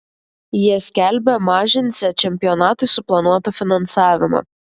jie skelbia mažinsią čempionatui suplanuotą finansavimą